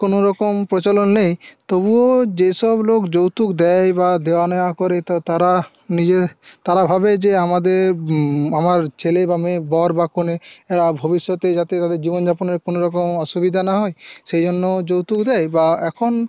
কোনোরকম প্রচলন নেই তবুও যেসব লোক যৌতুক দেয় বা দেওয়া নেওয়া করে তো তারা নিজের তারা ভাবে যে আমাদের আমার ছেলে বা মেয়ে বর বা কনে এরা ভবিষ্যতে যাতে তাদের জীবনযাপনের কোনোরকম অসুবিধা না হয় সেই জন্য যৌতুক দেয় বা এখন